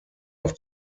auf